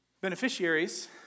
Beneficiaries